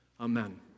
Amen